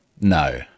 no